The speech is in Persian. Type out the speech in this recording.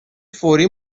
فوری